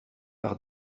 par